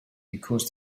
because